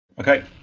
Okay